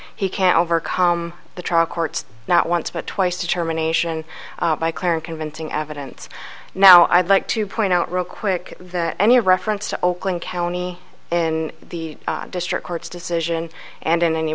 he can overcome the trial court's not once but twice determination by clear and convincing evidence now i'd like to point out real quick that any reference to oakland county in the district court's decision and in any